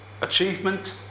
achievement